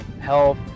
health